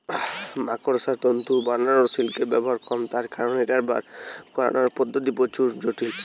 মাকড়সার তন্তু নু বারানা সিল্কের ব্যবহার কম তার কারণ ঐটার বার করানার পদ্ধতি প্রচুর জটিল